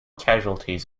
casualties